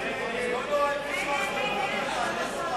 2009, נתקבלה.